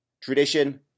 Tradition